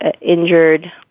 injured